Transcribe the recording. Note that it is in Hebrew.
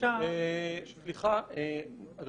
אני